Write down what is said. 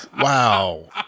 Wow